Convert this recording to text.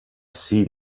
see